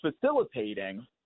facilitating